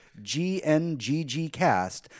GNGGcast